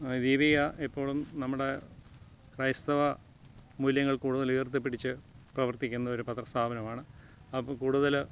ദീപിക എപ്പോഴും നമ്മുടെ ക്രൈസ്തവ മൂല്യങ്ങൾ കൂടുതലുയർത്തിപ്പിടിച്ചു പ്രവർത്തിക്കുന്നൊരു പത്രസ്ഥാപനമാണ് അപ്പം കൂടുതൽ